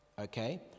Okay